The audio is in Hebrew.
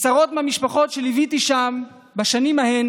עשרות מהמשפחות שליוויתי שם בשנים ההן